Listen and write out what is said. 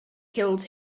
killed